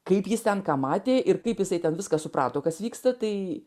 kaip jis ten ką matė ir kaip jisai ten viską suprato kas vyksta tai